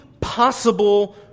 possible